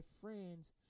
friends